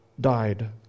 died